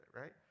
right